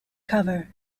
cover